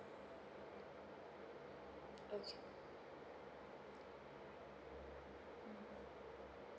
okay